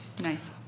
Nice